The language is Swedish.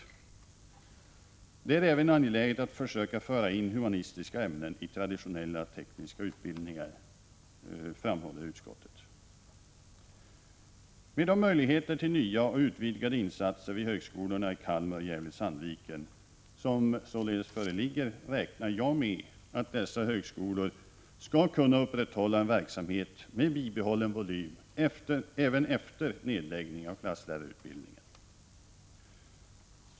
Därvid är det angeläget att försöka föra in humanistiska ämnen i traditionell teknisk utbildning, framhåller utskottet. Med de möjligheter till nya utvidgade insatser vid högskolorna i Kalmar och Gävle-Sandviken som således föreligger räknar jag med att dessa högskolor skall kunna upprätthålla en verksamhet med bibehållen volym även efter nedläggning av klasslärarutbildningen.